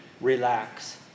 relax